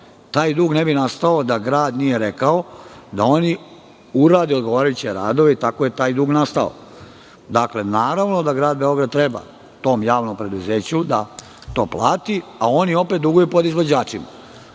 Taj dug ne bi nastao da grad nije rekao da oni urade odgovarajuće radove i tako je taj dug nastao. Dakle, naravno da grad Beograd treba tom javnom preduzeću da to plati, a oni opet duguju podizvođačima.